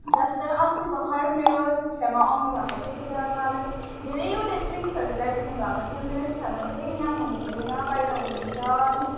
जस्तै अस्ति भर्खर मेरो छ्यामा आउनु भएको थियो त्यति बेला मलाई धेरैवटा स्विस्ट्सहरू ल्याइदिनु भएको थियो मेरो छ्यामा चाहिँ यहाँ हुनु हुँदैन बाहिर हुनुहुन्छ अनि